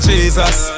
Jesus